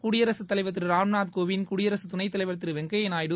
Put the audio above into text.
குடியரசுத் தலைவர் திரு ராம்நாத் கோவிந்த் குடியரசு துணைத்தலைவர் திரு வெங்கைய நாயுடு